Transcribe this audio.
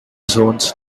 zones